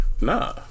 Nah